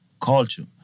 culture